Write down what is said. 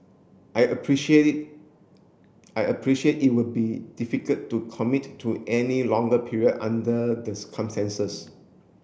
I appreciate it I appreciate it would be difficult to commit to any longer period under the circumstances